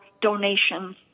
donations